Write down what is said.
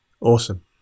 Awesome